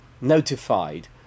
notified